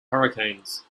hurricanes